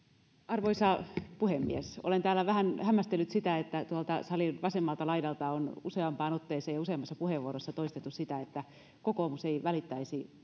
arvoisa puhemies olen täällä vähän hämmästellyt sitä että tuolta salin vasemmalta laidalta on useampaan otteeseen ja useammassa puheenvuorossa toistettu siitä että kokoomus ei välittäisi